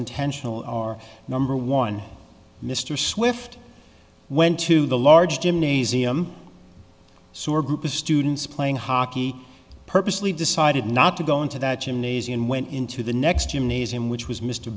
intentional are number one mr swift went to the large gymnasium so a group of students playing hockey purposely decided not to go into that gymnasium went into the next unis in which was mr